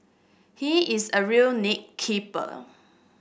he is a real nit keeper